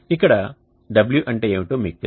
ఇక్కడ w అంటే ఏమిటో మీకు తెలుసు